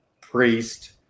priest